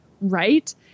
right